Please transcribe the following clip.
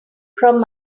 from